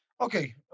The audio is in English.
Okay